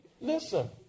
Listen